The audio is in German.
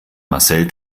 marcel